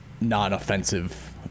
non-offensive